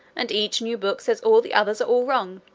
and each new book says all the others are all wrong.